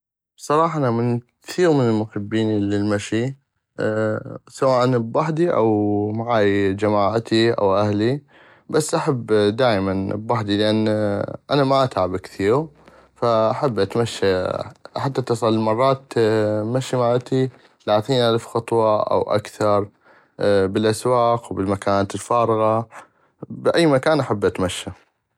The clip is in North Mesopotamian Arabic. بصراحة انا من كثيغ محبين المشي سواء ان بحدي او معاي جماعتي او اهلي بس احب دائمن بحدي لان انا ما اتعب كثيغ فاحب اتمشى ،حتى تصل مرات المشي مالتي ثلاثين الف خطوة او اكثر بل الاسواق او بالمكانات الفارغة ب اي مكان احب اتمشى.